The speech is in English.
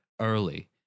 early